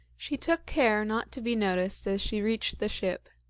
she took care not to be noticed as she reached the ship,